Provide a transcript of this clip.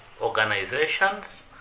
organizations